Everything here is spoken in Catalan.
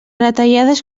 retallades